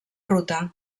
ruta